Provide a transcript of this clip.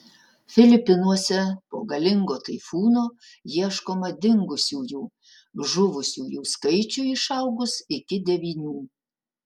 filipinuose po galingo taifūno ieškoma dingusiųjų žuvusiųjų skaičiui išaugus iki devynių